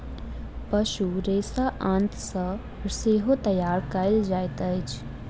पशु रेशा आंत सॅ सेहो तैयार कयल जाइत अछि